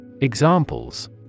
Examples